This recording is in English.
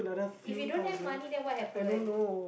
if you don't have money then what happen